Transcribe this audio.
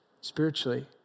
spiritually